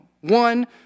One